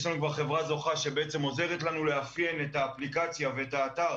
יש לנו כבר חברה זוכה שעוזרת לנו לאפיין את האפליקציה ואת האתר